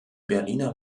berliner